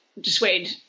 dissuade